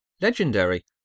Legendary